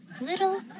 Little